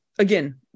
again